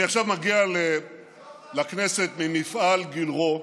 אני עכשיו מגיע לכנסת מהמפעל גילרו.